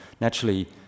naturally